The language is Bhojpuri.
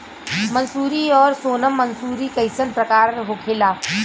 मंसूरी और सोनम मंसूरी कैसन प्रकार होखे ला?